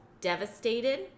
devastated